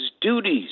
duties